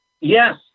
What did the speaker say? Yes